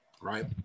right